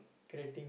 crating